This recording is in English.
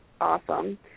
awesome